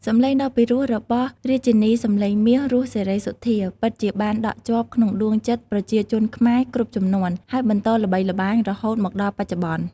សំឡេងដ៏ពីរោះរបស់រាជិនីសម្លេងមាស រស់ សេរីសុទ្ធា ពិតជាបានដក់ជាប់ក្នុងដួងចិត្តប្រជាជនខ្មែរគ្រប់ជំនាន់ ហើយបន្តល្បីល្បាញរហូតមកដល់បច្ចុប្បន្ន។